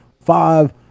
five